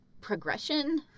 progression